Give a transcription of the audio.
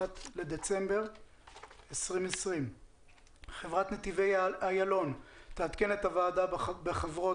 בדצמבר 2020. חברת נתיבי איילון תעדכן את הוועדה בחברות,